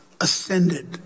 ascended